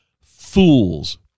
fools